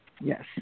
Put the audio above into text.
yes